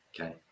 Okay